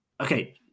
Okay